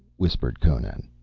whispered conan.